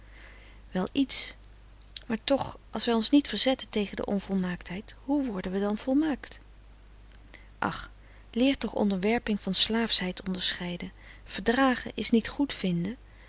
wel iets maar toch als wij ons niet verzetten tegen de onvolmaaktheid hoe worden we dan volmaakt ach leer toch onderwerping van slaafsheid onderscheiden verdragen is niet